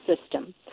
system